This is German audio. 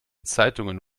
zeitungen